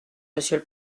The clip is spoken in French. monsieur